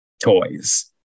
toys